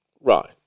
Right